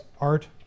art